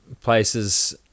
places